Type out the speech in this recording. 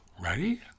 Ready